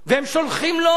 הם שולחים לו,